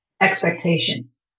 expectations